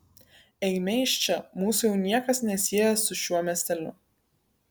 eime iš čia mūsų jau niekas nesieja su šiuo miesteliu